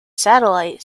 satellite